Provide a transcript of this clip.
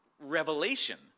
revelation